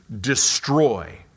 destroy